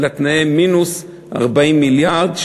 אלא תנאי מינוס 40 מיליארד,